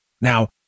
Now